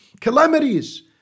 calamities